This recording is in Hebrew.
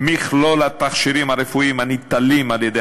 מכלול התכשירים הרפואיים הניטלים על-ידי